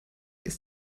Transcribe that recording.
ist